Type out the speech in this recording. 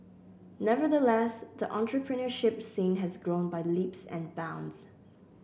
nevertheless the entrepreneurship scene has grown by leaps and bounds